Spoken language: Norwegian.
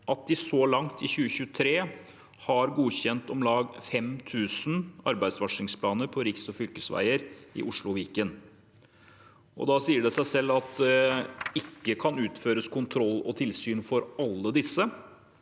at de så langt i 2023 har godkjent om lag 5 000 arbeidsvarslingsplaner på riks- og fylkesveier i Oslo og Viken. Da sier det seg selv at det ikke kan utføres kontroll og tilsyn for alle disse,